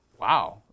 wow